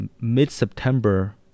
mid-September